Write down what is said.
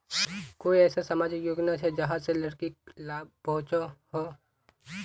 कोई ऐसा सामाजिक योजना छे जाहां से लड़किक लाभ पहुँचो हो?